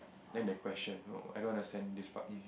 then the question I don't understand this part